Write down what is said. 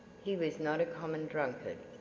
he was not a common drunkard,